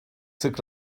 sık